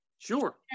Sure